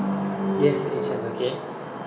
yes